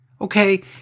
Okay